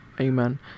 Amen